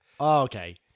okay